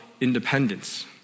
independence